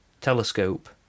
telescope